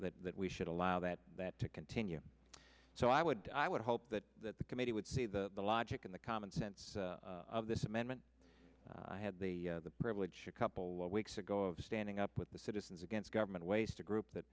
forbid that we should allow that to continue so i would i would hope that that the committee would see the logic in the common sense of this amendment i had the privilege couple weeks ago of standing up with the citizens against government waste a group that